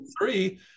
three